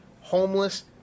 homeless